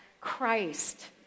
Christ